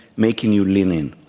making you lean in.